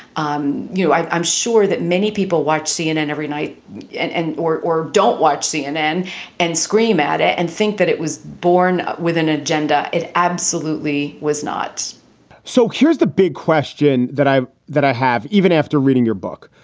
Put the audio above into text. um you know, i'm sure that many people watch cnn every night and and or or don't watch cnn and scream at it and think that it was born with an agenda. it absolutely was not so here's the big question that i that i have. even after reading your book,